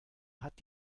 hat